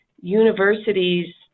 universities